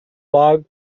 log